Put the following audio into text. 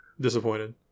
disappointed